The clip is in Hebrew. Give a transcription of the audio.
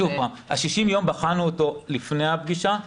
בחנו את זה לפני הפגישה.